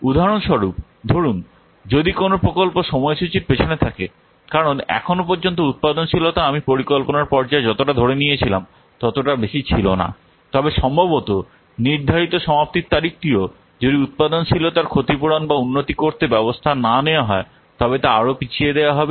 উদাহরণস্বরূপ ধরুন যদি কোনও প্রকল্প সময়সূচীর পিছনে থাকে কারণ এখন পর্যন্ত উত্পাদনশীলতা আমি পরিকল্পনার পর্যায়ে যতটা ধরে নিয়েছিলাম ততটা বেশি ছিল না তবে সম্ভবত নির্ধারিত সমাপ্তির তারিখটিও যদি উত্পাদনশীলতার ক্ষতিপূরণ বা উন্নতি করতে ব্যবস্থা না নেওয়া হয় তবে তা আরও পিছিয়ে দেওয়া হবে